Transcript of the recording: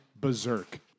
berserk